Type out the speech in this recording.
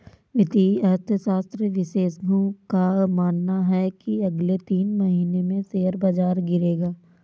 वित्तीय अर्थशास्त्र विशेषज्ञों का मानना है की अगले तीन महीने में शेयर बाजार गिरेगा